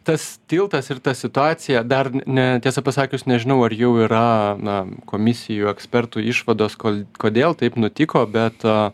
tas tiltas ir ta situacija dar ne tiesą pasakius nežinau ar jau yra na komisijų ekspertų išvados kol kodėl taip nutiko bet